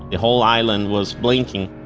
the whole island was blinking.